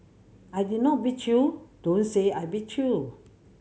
I did not beat you don't say I beat you